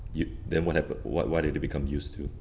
you then what happen what what did it become use to